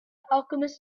alchemist